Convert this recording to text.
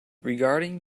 regarding